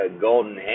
golden